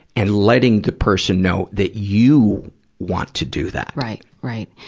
and letting the person know that you want to do that. right, right.